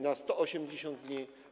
na 180 dni.